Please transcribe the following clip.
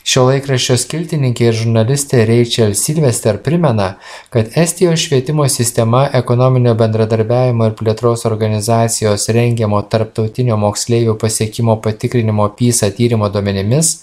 šio laikraščio skiltininkė žurnalistė reičel silvester primena kad estijos švietimo sistema ekonominio bendradarbiavimo ir plėtros organizacijos rengiamo tarptautinio moksleivių pasiekimo patikrinimo pisa tyrimo duomenimis